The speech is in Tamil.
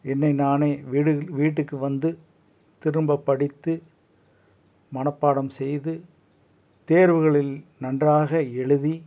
என்னை நானே வீட்டுக்கு வந்து திரும்ப படித்து மனப்பாடம் செய்து தேர்வுகளில் நன்றாக எழுதி